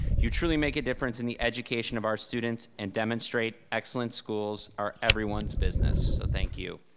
you truly make a difference in the education of our students and demonstrate excellent schools are everyone's business so thank you.